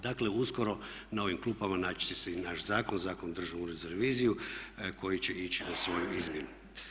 Dakle, uskoro na ovim klupama naći će se i naš zakon, Zakon o Državnom uredu za reviziju koji će ići na svoju izmjenu.